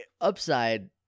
Upside